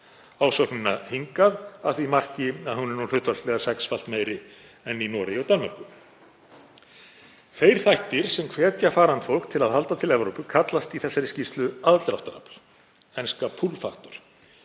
ásóknina hingað að því marki að hún er hlutfallslega sexfalt meiri en í Noregi og Danmörku. „Þeir þættir sem hvetja farandfólk til að halda til Evrópu kallast í þessari skýrslu „aðdráttarafl“ (e. Pull factor).